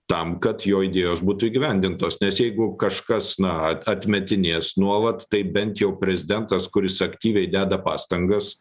tam kad jo idėjos būtų įgyvendintos nes jeigu kažkas na atmetinės nuolat tai bent jau prezidentas kuris aktyviai deda pastangas